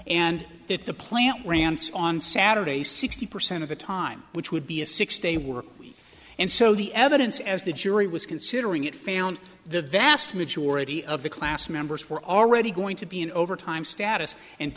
and that the plant rance on saturday sixty percent of the time which would be a six day work week and so the evidence as the jury was considering it found the vast majority of the class members were already going to be in overtime status and